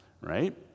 right